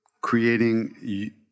creating